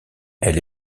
elle